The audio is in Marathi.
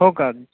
हो का